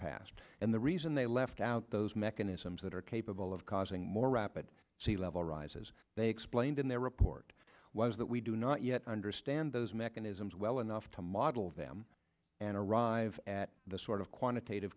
past and the reason they left out those mechanisms that are capable of causing more rapid sea level rise as they explained in their report was that we do not yet understand those mechanisms well enough to model them and arrive at the sort of quantitative